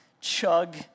chug